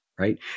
right